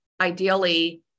ideally